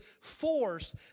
force